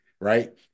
Right